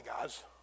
guys